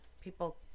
people